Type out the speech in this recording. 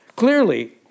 Clearly